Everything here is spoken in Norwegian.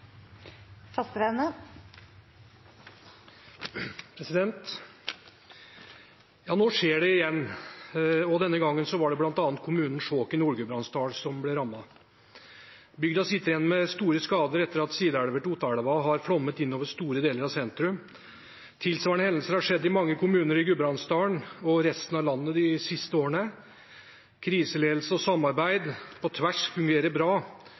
Nå skjer det igjen, denne gangen var det bl.a. kommunen Skjåk i Nord-Gudbrandsdalen som ble rammet. Bygda sitter igjen med store skader etter at sideelver til elva Otta har flommet inn over store deler av sentrum. Tilsvarende hendelser har skjedd i mange kommuner i Gudbrandsdalen og resten av landet de siste årene. Kriseledelse og samarbeid på tvers fungerer bra.